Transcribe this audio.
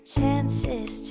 Chances